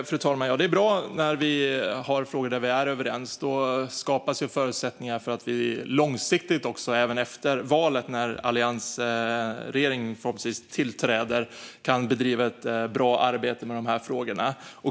Fru talman! Ja, det är bra när det finns frågor där vi är överens. Då skapas förutsättningar för att vi långsiktigt, även efter valet när alliansregeringen förhoppningsvis tillträder, kan bedriva ett bra arbete med de här frågorna.